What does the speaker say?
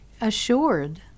assured